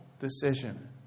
decision